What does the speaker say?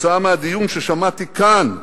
כתוצאה מהדיון ששמעתי כאן.